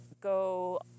go